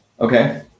Okay